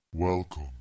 Welcome